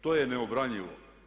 To je neobranjivo.